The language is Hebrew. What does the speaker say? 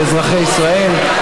על אזרחי ישראל,